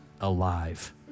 alive